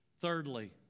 Thirdly